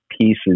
pieces